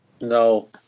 No